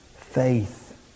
faith